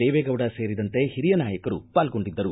ದೇವೇಗೌಡ ಸೇರಿದಂತೆ ಹಿರಿಯ ನಾಯಕರು ಪಾಲ್ಗೊಂಡಿದ್ದರು